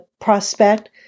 prospect